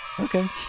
okay